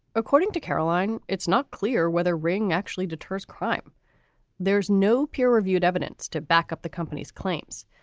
according to caroline, it's not clear whether ring actually deters crime there is no peer reviewed. evidence to back up the company's claims,